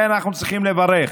אנחנו צריכים לברך